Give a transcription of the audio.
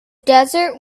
desert